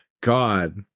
God